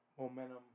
momentum